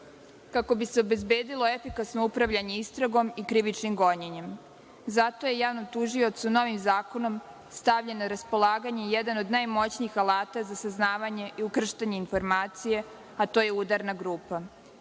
kako bi se obezbedilo efikasno upravljanje istragom i krivičnim gonjenjem. Zato je javnom tužiocu novim zakonom stavljen na raspolaganje jedan od najmoćnijih alata za saznavanje i ukrštanje informacija, a to je udarna grupa. Kada